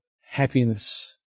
happiness